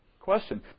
question